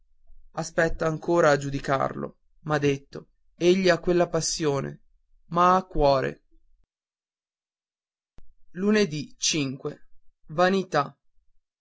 aspetta ancora a giudicarlo m'ha detto egli ha quella passione ma ha cuore vanità